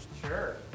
Sure